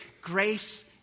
grace